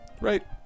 Right